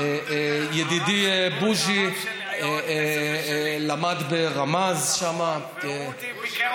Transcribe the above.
ידידי בוז'י, זה הרב של יו"ר הכנסת ושלי.